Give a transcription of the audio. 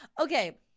Okay